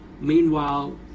meanwhile